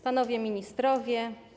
Panowie Ministrowie!